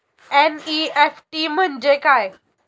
NEFT म्हणजे काय?